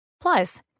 Plus